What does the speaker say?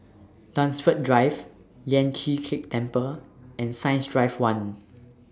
Dunsfold Drive Lian Chee Kek Temple and Science Drive one